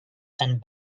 and